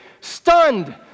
stunned